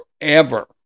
forever